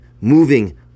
moving